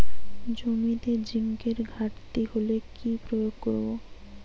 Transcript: জমিতে জিঙ্কের ঘাটতি হলে কি প্রয়োগ করব?